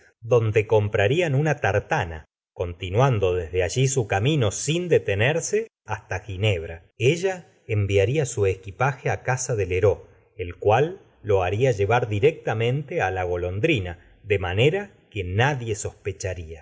donde comprarían una tartana continuando desde allí su camino sin detenerse hasta ginebra ella enviaría su equipaje á casa de lheureux el euallo haría llevar directamente á l f otondd na de manera que nadie sospecharía